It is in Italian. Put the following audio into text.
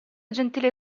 gentile